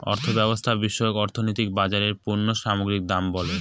অর্থব্যবস্থা বিষয়ক অর্থনীতি বাজারে পণ্য সামগ্রীর দাম বলে